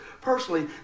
personally